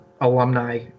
alumni